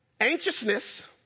anxiousness